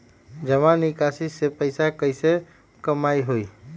जमा निकासी से पैसा कईसे कमाई होई?